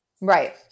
Right